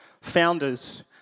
founders